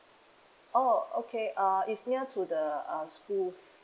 oh okay err is near to the uh schools